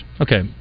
Okay